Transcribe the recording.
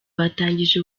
batangije